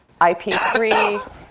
IP3